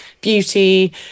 beauty